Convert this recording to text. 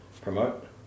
promote